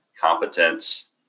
competence